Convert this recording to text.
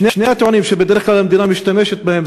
שני הטיעונים שהמדינה בדרך כלל משתמשת בהם,